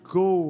go